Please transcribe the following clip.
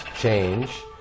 change